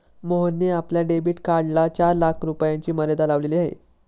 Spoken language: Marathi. मोहनने आपल्या डेबिट कार्डला चार लाख रुपयांची मर्यादा लावलेली आहे